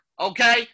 Okay